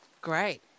great